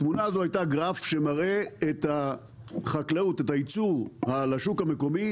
התמונה הזו הייתה גרף שמראה את הייצור לשוק המקומי